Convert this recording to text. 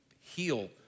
heal